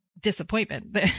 disappointment